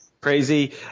crazy